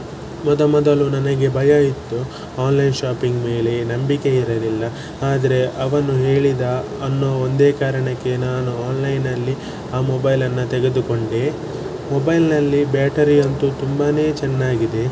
ಮೊದಮೊದಲು ನನಗೆ ಭಯ ಇತ್ತು ಆನ್ಲೈನ್ ಶಾಪಿಂಗ್ ಮೇಲೆ ನಂಬಿಕೆ ಇರಲಿಲ್ಲ ಆದರೆ ಅವನು ಹೇಳಿದ ಅನ್ನೋ ಒಂದೇ ಕಾರಣಕ್ಕೆ ನಾನು ಆನ್ಲೈನಲ್ಲಿ ಆ ಮೊಬೈಲನ್ನು ತೆಗೆದುಕೊಂಡೆ ಮೊಬೈಲ್ನಲ್ಲಿ ಬ್ಯಾಟರಿ ಅಂತೂ ತುಂಬ ಚೆನ್ನಾಗಿದೆ